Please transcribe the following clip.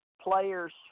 players